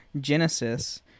Genesis